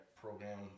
program